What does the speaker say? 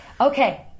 Okay